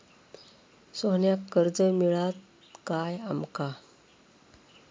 सोन्याक कर्ज मिळात काय आमका?